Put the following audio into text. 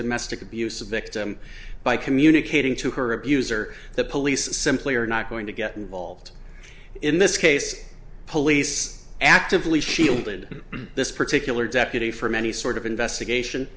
domestic abuse victim by communicating to her abuser that police simply are not going to get involved in this case police actively shielded this particular deputy from any sort of investigation